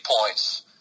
points